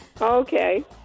Okay